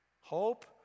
Hope